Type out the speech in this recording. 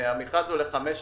המכרז הוא לחמש שנים.